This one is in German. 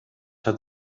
hat